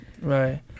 Right